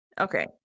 Okay